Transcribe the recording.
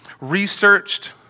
researched